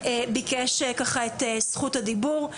ביקש את זכות הדיבור.